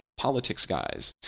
politicsguys